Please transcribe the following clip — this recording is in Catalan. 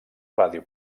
ràdio